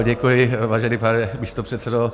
Děkuji, vážený pane místopředsedo.